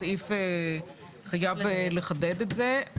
הסעיף חייב לחדד את זה.